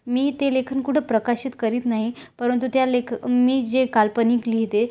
मी ते लेखन कुठं प्रकाशित करीत नाही परंतु त्या लेख मी जे काल्पनिक लिहिते